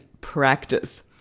practice